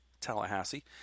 Tallahassee